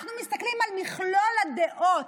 אנחנו מסתכלים על מכלול הדעות,